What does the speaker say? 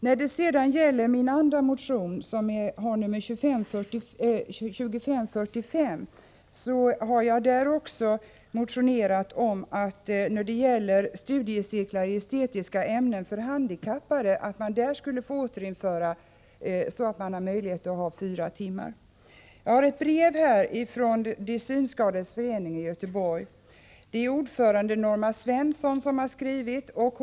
I min andra motion, 1984/85:2545, har jag motionerat om att man beträffande studiecirklar i estetiska ämnen för handikappade skall medge fyra statsbidragsberättigade timmar per gång. Jag har här ett brev från de synskadades förening i Göteborg. Det är ordföranden Norma Svensson som har skrivit brevet.